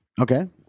Okay